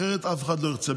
אחרת אף אחד לא ירצה.